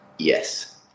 Yes